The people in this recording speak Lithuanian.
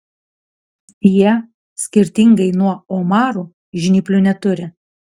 jie skirtingai nuo omarų žnyplių neturi